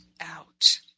out